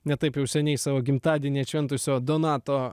ne taip jau seniai savo gimtadienį atšventusio donato